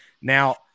Now